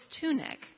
tunic